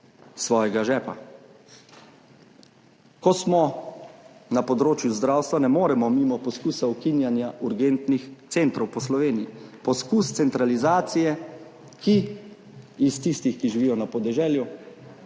svojega žepa. Ko smo na področju zdravstva, ne moremo mimo poskusa ukinjanja urgentnih centrov po Sloveniji. Poskus centralizacije, ki iz tistih, ki živijo na podeželju,